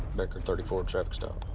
becker thirty four, traffic stop.